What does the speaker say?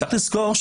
יש לזכור,